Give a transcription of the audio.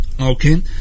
Okay